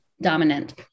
dominant